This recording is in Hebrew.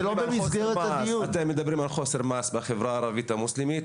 חוסר מעש בחברה הערבית המוסלמית.